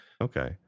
Okay